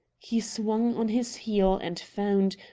he swung on his heel and found,